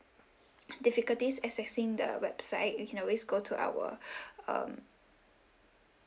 difficulties accessing the website you can always go to our um